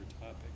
topic